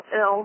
ill